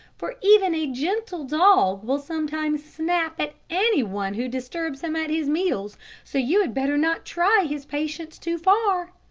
for even a gentle dog will sometimes snap at any one who disturbs him at his meals so you had better not try his patience too far.